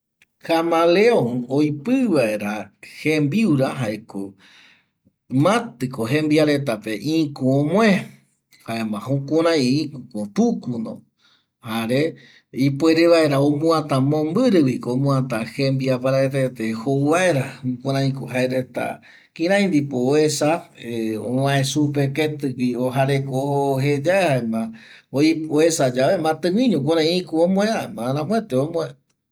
Kamaleon oipƚ vaera jimbiura jaeko matƚko jemiba retape ïku omoe jaema jukurai ikuko pukuno jare ipuere vaera omuata mombƚrƚ guiko omuata jembia paraetete jouvaera jukuraiko jaereta kirai ndipo oesa ovae supe ketƚgui ojareko ojo oiko jeyae jaema oesayae matƚguiño kurai ikü omoe jaema aramuete omuata